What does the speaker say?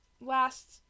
Last